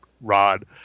rod